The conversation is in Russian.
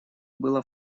было